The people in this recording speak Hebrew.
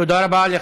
תודה רבה.